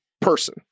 person